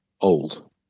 old